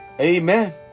Amen